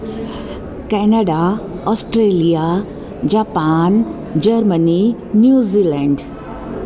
Canada Australia Japan Germany New Zealand